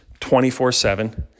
24-7